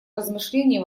размышление